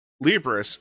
Libris